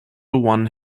one